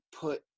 put